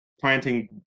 planting